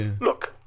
Look